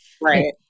right